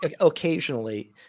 occasionally